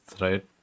right